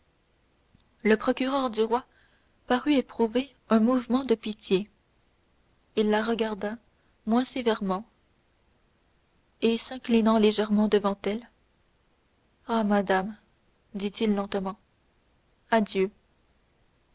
le procureur du roi parut éprouver un mouvement de pitié il la regarda moins sévèrement et s'inclinant légèrement devant elle adieu madame dit-il lentement adieu